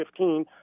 2015